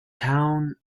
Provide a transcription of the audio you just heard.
town